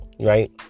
Right